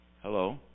Hello